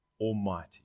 Almighty